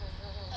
mm mm mm